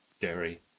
dairy